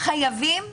העיקרון